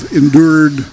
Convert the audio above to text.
endured